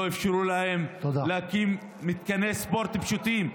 לא אפשרו להם להקים מתקני ספורט פשוטים.